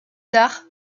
tard